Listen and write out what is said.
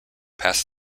past